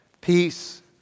Peace